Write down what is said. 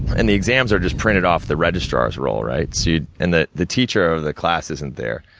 and, the exams are just printed off the registrar's roll, right? so and the the teacher of the class isn't there.